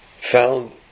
found